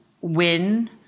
win